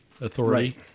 Authority